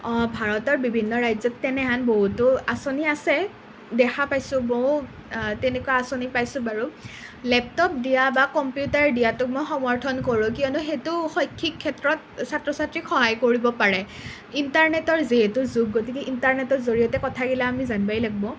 অ ভাৰতৰ বিভিন্ন ৰাজ্যত তেনেহেন বহুতো আঁচনি আছে দেখা পাইছোঁ বহুত তেনেকুৱা আঁচনি পাইছোঁ বাৰু লেপটপ দিয়া বা কম্পিউটাৰ দিয়াটোক মই সমৰ্থন কৰোঁ কিয়নো সেইটো শৈক্ষিক ক্ষেত্ৰত ছাত্ৰ ছাত্ৰীক সহায় কৰিব পাৰে ইণ্টাৰনেটৰ যিহেতু যুগ গতিকে ইণ্টাৰনেটৰ জৰিয়তে কথাগিলা আমি জানিবই লাগিব